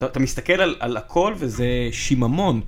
אתה מסתכל על הכל וזה שיממון.